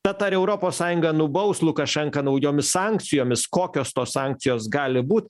tad ar europos sąjungą nubaus lukašenką naujomis sankcijomis kokios tos sankcijos gali būt